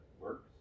works